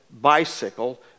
bicycle